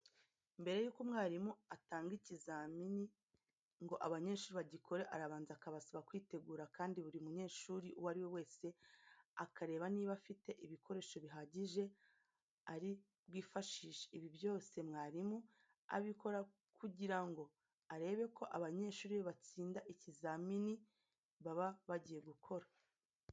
Mbere yuko mwarimu atanga ikizamini ngo abanyeshuri bagikore, arabanza akabasaba kwitegura kandi buri munyeshuri uwo ari we wese akareba niba afite ibikoresho bihagije ari bwifashishe. Ibi byose mwarimu abikora kugira ngo arebe ko abanyeshuri be batsinda ikizamini baba bagiye gukora.